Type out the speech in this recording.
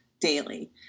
daily